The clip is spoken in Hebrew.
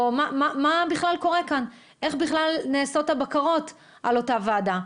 ומה בכלל קורה כאן: איך בכלל נעשות הבקרות על אותה ועדה.